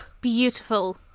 Beautiful